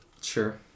Sure